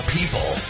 People